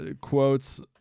Quotes